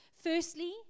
Firstly